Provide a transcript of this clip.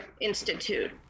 institute